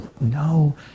no